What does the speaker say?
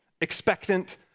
expectant